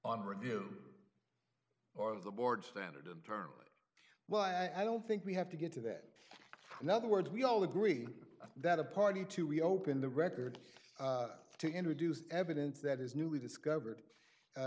on review or the board standard in terms of well i don't think we have to get to that in other words we all agree that a party to reopen the record to introduce evidence that is newly discovered